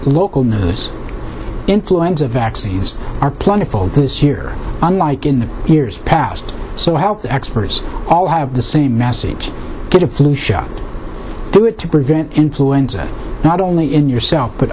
local knows influenza vaccines are plentiful this year unlike in the years passed so health experts all have the same message get a flu shot do it to prevent influenza not only in yourself but